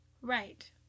Right